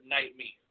Nightmare